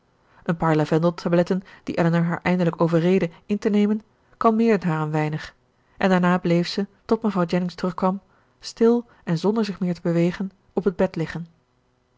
een paar lavendeltabletten die elinor haar eindelijk overreedde in te nemen kalmeerden haar een weinig en daarna bleef zij tot mevrouw jennings terugkwam stil en zonder zich meer te bewegen op het bed liggen